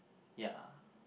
ya